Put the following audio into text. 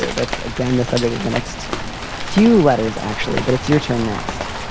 that's, again, the subject of the next few letters, actually. but it's your turn next